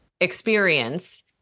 experience